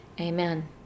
Amen